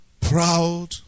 proud